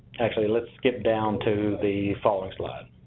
actually, let's skip down to the following slide.